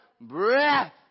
breath